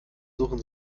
suchen